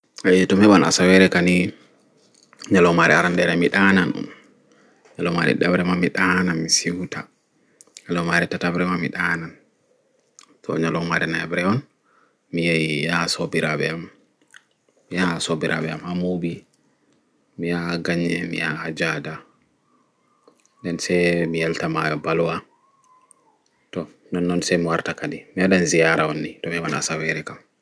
Eeh to mi heɓan asawere ka ni nyalommare aranɗere mi ɗaanan nyalommare ɗiɗaɓre ma mi ɗaanan nyalomaare tataɓre ma mi ɗaanan nyalomaa re nayaɓre on se mi yaha Muɓi mi yaha ganye mi yaha jaɗa nɗen se mi yalta mayo ɓalwa to nonno se mi warta kaɗi mi waɗan ziyaara on ni to mi heɓan asawere kam